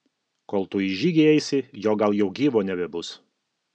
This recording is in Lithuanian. kol tu į žygį eisi jo gal jau gyvo nebebus